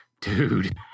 dude